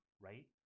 right